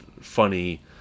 funny